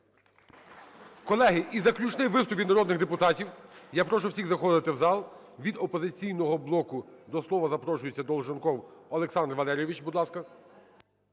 Колеги, і заключний виступ від народних депутатів. Я прошу всіх заходити в зал. Від "Опозиційного блоку" до слова запрошується Долженков Олександр Валерійович, будь ласка.